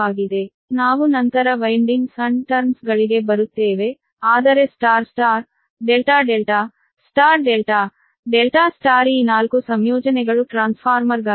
ನಾವು ನಂತರ windings and turns ಗಳಿಗೆ ಬರುತ್ತೇವೆ ಆದರೆ star star delta delta star delta delta star ಈ 4 ಸಂಯೋಜನೆಗಳು ಟ್ರಾನ್ಸ್ಫಾರ್ಮರ್ಗಾಗಿ ಇವೆ